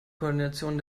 koordination